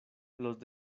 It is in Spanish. los